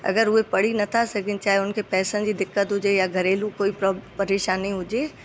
अगरि उहे पढ़ी नथा सघनि चाहे उन खे पैसनि जी दिक़त हुजे या घरेलू कोई प्रोब परेशानी हुजे